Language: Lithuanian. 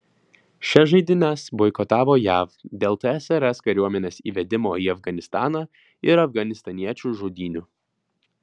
šias žaidynes boikotavo jav dėl tsrs kariuomenės įvedimo į afganistaną ir afganistaniečių žudynių